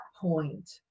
point